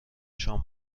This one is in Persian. شام